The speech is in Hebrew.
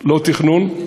לא תכנון,